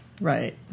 right